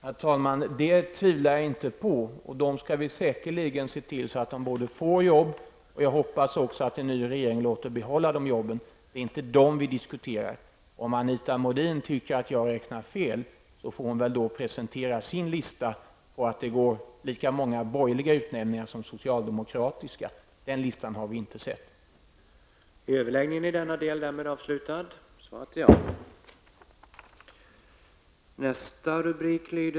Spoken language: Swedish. Herr talman! Det tvivlar jag inte på. Vi skall säkerligen se till att de får jobb, och jag hoppas att en ny regering också låter dem behålla jobben. Det är inte dem vi diskuterar. Om Anita Modin tycker att jag räknar fel får hon väl presentera sin lista och visa att det är lika många borgerliga som socialdemokratiska utnämningar. Den listan har vi inte sett. Kammaren övergick till att debattera Statlig personalpolitik.